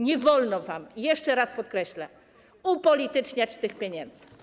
Nie wolno wam, jeszcze raz podkreślę, upolityczniać tych pieniędzy.